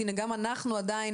הנה גם אנחנו עדיין,